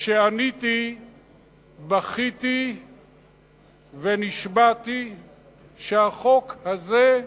כשעניתי בכיתי ונשבעתי שהחוק הזה,